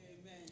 Amen